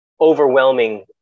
overwhelming